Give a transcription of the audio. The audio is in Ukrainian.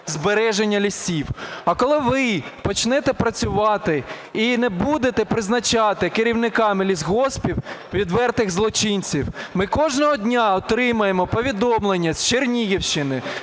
збереження лісів. А коли ви почнете працювати і не будете призначати керівниками лісгоспів відвертих злочинців? Ми кожного дня отримуємо повідомлення з Чернігівщини,